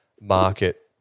market